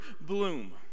bloom